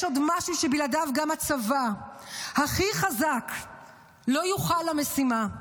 יש עוד משהו שבלעדיו גם הצבא הכי חזק לא יוכל למשימה: